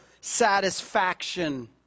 satisfaction